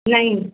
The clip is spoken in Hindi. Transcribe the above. नहीं